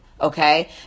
Okay